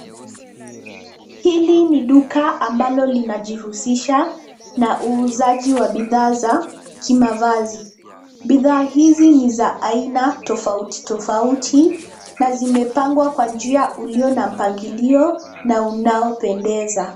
Hili ni duka ambalo linajihusisha na uuzaji wa bidhaa za kimavazi. Bidhaa hizi ni za aina tofauti tofauti na zimepangwa na njia iliyo na mpangilio na unaopendeza.